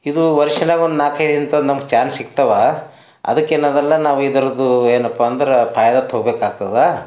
ಇದು ವರ್ಷದಾಗ ಒಂದು ನಾಲ್ಕೈದು ಇಂಥವು ನಮಗೆ ಚಾನ್ಸ್ ಸಿಗ್ತವ ಅದಕ್ಕೆ ನಾವೆಲ್ಲ ನಾವು ಇದರದ್ದು ಏನಪ್ಪಾ ಅಂದ್ರೆ ಫೈದಾ ತಗೊಳ್ಬೇಕಾಗ್ತದಾ